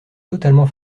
totalement